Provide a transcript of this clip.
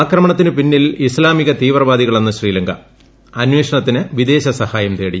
ആക്രമണത്തിന് പിന്നിൽ ഇസ്ലാമിക തീവ്രവാദികളെന്ന് ശ്രീലങ്ക അന്വേഷണത്തിന് വിദേശസഹായം തേടി